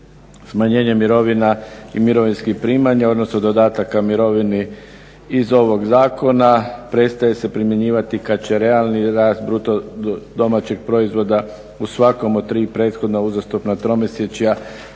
smanjenje mirovina i mirovinskih primanja, odnosno dodataka mirovini iz ovog zakona prestaje se primjenjivati kad će realni rast bruto domaćeg proizvoda u svakom od tri prethodna uzastopna tromjesečja